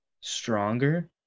stronger